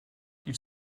ils